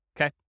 okay